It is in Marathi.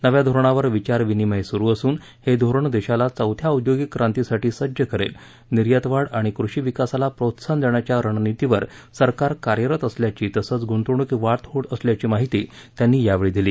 नव्या धोरणावर विचार विनिमय सुरू असून हे धोरण देशाला चौथ्या औद्योगिक क्रांतीसाठी सज्ज करेल निर्यात वाढ आणि कृषी विकासाला प्रोत्साहन देण्याच्या रणनितीवर सरकार कार्यरत असल्याची तसंच गुंतवणुकीत वाढ होत असल्याची माहिती त्यांनी यावेळी दिली